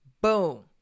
boom